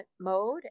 mode